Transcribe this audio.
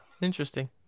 interesting